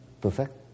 perfect